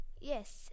Yes